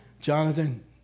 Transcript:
Jonathan